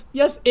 yes